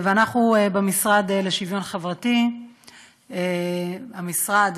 ואנחנו, המשרד לשוויון חברתי, משרד